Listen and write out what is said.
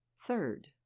Third